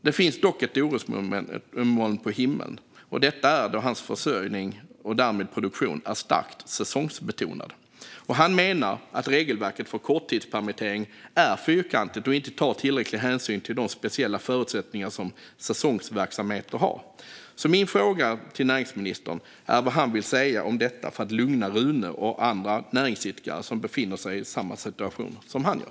Det finns dock ett orosmoln på himlen, och det är att hans försäljning och därmed produktion är starkt säsongsbetonad. Han menar att regelverket för korttidspermittering är fyrkantigt och inte tar tillräcklig hänsyn till de speciella förutsättningar som säsongsverksamheter har. Min fråga till näringsministern är därför vad han vill säga om detta för att lugna Rune och andra näringsidkare som befinner sig i samma situation som han gör.